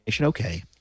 Okay